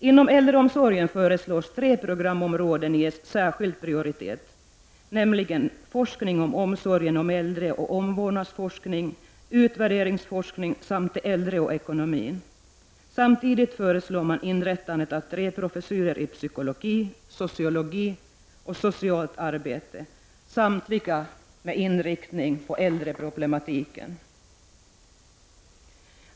Inom äldreomsorgen föreslås tre programområden ges särskild prioritet, nämligen forskning om omsorgen om äldre och omvårdnadsforskning, utvärderingsforskning samt de äldre och ekonomin. Samtidigt föreslår man inrättande av tre professurer i psykologi, sociologi och socialt arbete, samtliga med inriktning på äldreproblematiken.